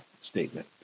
statement